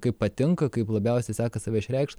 kaip patinka kaip labiausiai sekas save išreikšt